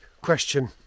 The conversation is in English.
question